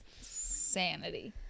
Sanity